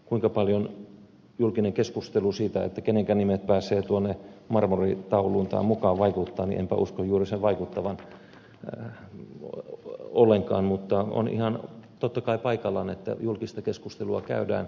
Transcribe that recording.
kuinka paljon julkinen keskustelu siitä kenenkä nimet pääsevät tuonne marmoritauluun tai mukaan vaikuttaa enpä usko juuri sen vaikuttavan ollenkaan mutta on ihan totta kai paikallaan että julkista keskustelua käydään